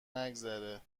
نگذره